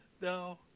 No